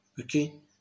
okay